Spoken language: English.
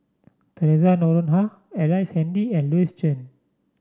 Theresa Noronha Ellice Handy and Louis Chen